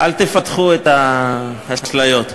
אל תפתחו את האשליות.